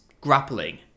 grappling